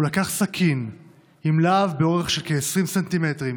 הוא לקח סכין עם להב באורך של כ-20 סנטימטרים